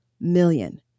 million